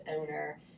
owner